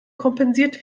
kompensiert